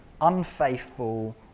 unfaithful